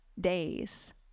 days